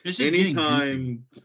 anytime